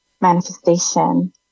manifestation